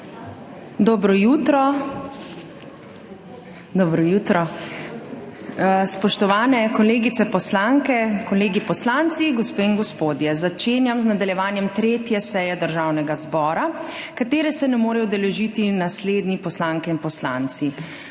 Dobro jutro. Spoštovane kolegice poslanke, kolegi poslanci, gospe in gospodje! Začenjam z nadaljevanjem 3. seje Državnega zbora. Seje se ne morejo udeležiti naslednje poslanke in poslanci: